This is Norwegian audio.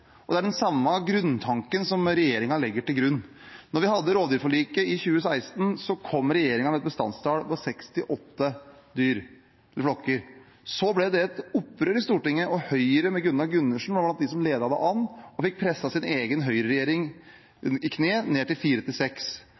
og det er den samme grunntanken regjeringen legger til grunn. Da vi hadde rovviltforliket i 2016, kom regjeringen med et bestandsmål på seks til åtte dyr. Så ble det et opprør i Stortinget, og Høyres Gunnar Gundersen var blant dem som ledet an og fikk presset sin egen høyreregjering i kne, ned til fire til seks.